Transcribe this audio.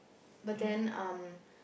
but then um